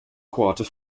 quarter